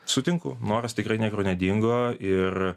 sutinku noras tikrai niekur nedingo ir